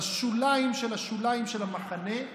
בשוליים של השוליים של המחנה,